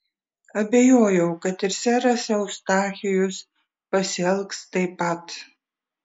abejojau kad ir seras eustachijus pasielgs taip pat